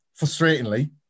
frustratingly